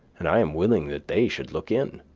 and i am willing that they should look in.